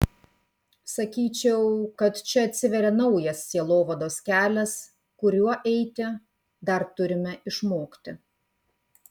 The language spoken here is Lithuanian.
sakyčiau kad čia atsiveria naujas sielovados kelias kuriuo eiti dar turime išmokti